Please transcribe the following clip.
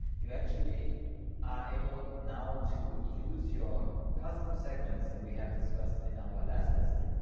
you actually are able now to use your custom segments that we have discussed in our last lesson